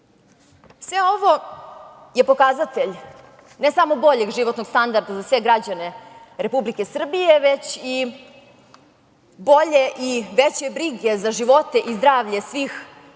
ovo je pokazatelj, ne samo boljeg životnog standarda za sve građane Republike Srbije, već i bolje i veće brige za živote i zdravlje svih